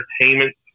entertainment